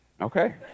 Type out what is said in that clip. Okay